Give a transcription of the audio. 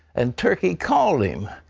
and turkey called him.